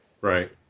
Right